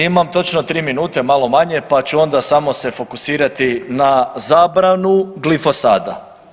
Imam točno tri minute, malo manje pa ću onda samo se fokusirati na zabranu glifosata.